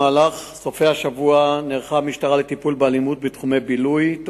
המשטרה נערכה לטיפול באלימות במתחמי בילוי בסופי השבוע,